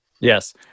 Yes